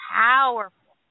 powerful